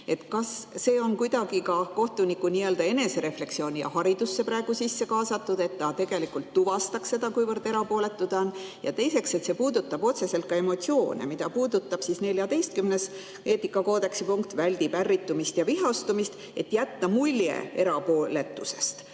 Kas see on kuidagi ka kohtuniku nii-öelda eneserefleksiooni ja haridusse praegu kaasatud, et ta tuvastaks seda, kuivõrd erapooletu ta on? Teiseks, see puudutab otseselt ka emotsioone, mida puudutab eetikakoodeksi 14. punkt: väldib ärritumist ja vihastumist, et jätta mulje erapooletusest.